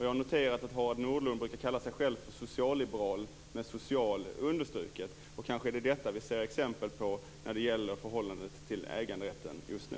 Jag har noterat att Harald Nordlund brukar kalla sig själv socialliberal, med ordet social understruket. Kanske är det detta vi ser exempel på när det gäller förhållandet till äganderätten just nu.